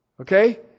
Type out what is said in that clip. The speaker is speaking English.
Okay